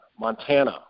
Montana